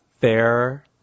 fair